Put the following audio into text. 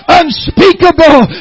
unspeakable